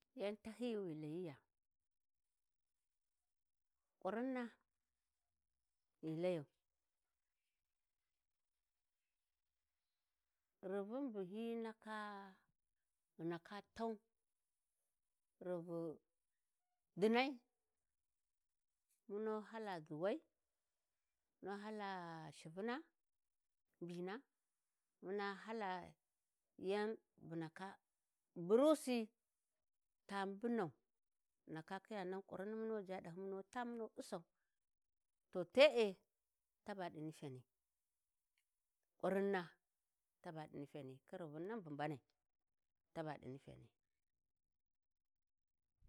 ﻿Yan tahyiy wi ghi, layiya ƙurinna ghi layau rivin bu hyi ndaka ghu ndaka tau riru dinmai mu nu hala zuwai mun hala. Shivuna ɓina mu na hala yan bu ndaka burusı ta mbunau ghi ndaka kiya nan ƙurrinna mu nu ʒha ɗahyi munu ta mun ussau to te e taba ɗi nifyani ƙurrina ta ba ni nifyani Khin rivin nan bu mbanai ta ba ɗi nifyani.